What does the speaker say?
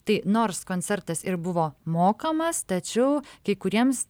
tai nors koncertas ir buvo mokamas tačiau kai kuriems